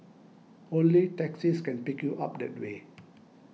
only taxis can pick you up that way